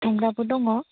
संग्राफोर दङ